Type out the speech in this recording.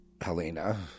Helena